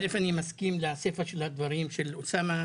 אני מסכים לסיפא של הדברים של אוסאמה.